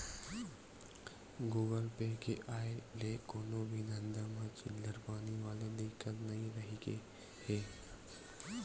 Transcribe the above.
Google Pay के आय ले कोनो भी धंधा म चिल्हर पानी वाले दिक्कत नइ रहिगे हे